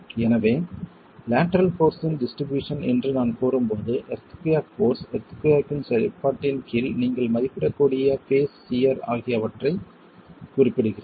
எனவே lateral force இன் distribution என்று நான் கூறும்போது எர்த்குயாக் போர்ஸ் எர்த்குயாக் இன் செயல்பாட்டின் கீழ் நீங்கள் மதிப்பிடக்கூடிய பேஸ் சியர் ஆகியவற்றைக் குறிப்பிடுகிறேன்